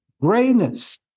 Grayness